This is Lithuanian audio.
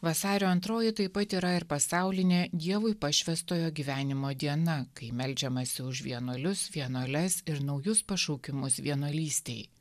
vasario antroji taip pat yra ir pasaulinė dievui pašvęstojo gyvenimo diena kai meldžiamasi už vienuolius vienuoles ir naujus pašaukimus vienuolystei